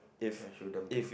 there shouldn't be